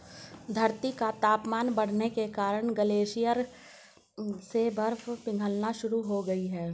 धरती का तापमान बढ़ने के कारण ग्लेशियर से बर्फ पिघलना शुरू हो गयी है